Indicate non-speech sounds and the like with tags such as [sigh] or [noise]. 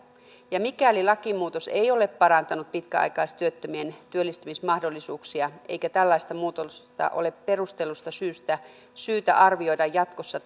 mikäli lakimuutos ei ole parantanut pitkäaikaistyöttömien työllistymismahdollisuuksia eikä tällaista muutosta ole perustellusta syystä syytä arvioida jatkossa [unintelligible]